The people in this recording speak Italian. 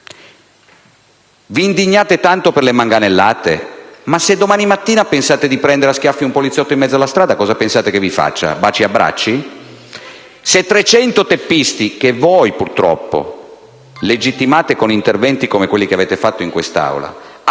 Vi indignate tanto per le manganellate, ma se domani mattina pensate di prendere a schiaffi un poliziotto in mezzo alla strada, cosa pensate che vi faccia? Che vi baci e vi abbracci? Se 300 teppisti che voi, purtroppo, legittimate con interventi come quelli che avete fatto in quest'Aula